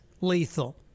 lethal